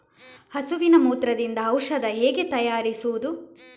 ಹಸುವಿನ ಮೂತ್ರದಿಂದ ಔಷಧ ಹೇಗೆ ತಯಾರಿಸುವುದು?